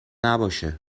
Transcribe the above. نباشه